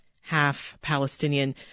half-Palestinian